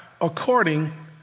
according